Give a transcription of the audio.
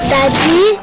Daddy